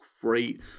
great